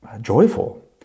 joyful